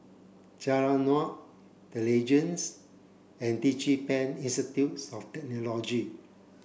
Jalan Naung The Legends and DigiPen Institute of Technology